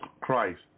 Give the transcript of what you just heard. Christ